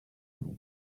think